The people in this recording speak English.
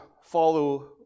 follow